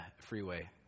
freeway